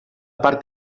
part